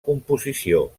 composició